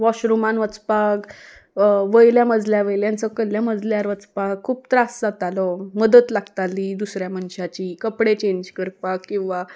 वॉशरुमान वचपाक वयल्या मजल्या वयल्यान सकयल्या मजल्यार वचपाक खूब त्रास जातालो मदत लागताली दुसऱ्या मनशाची कपडे चेंज करपाक किंवां